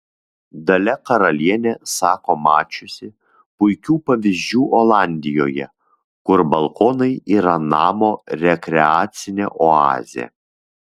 dalia karalienė sako mačiusi puikių pavyzdžių olandijoje kur balkonai yra namo rekreacinė oazė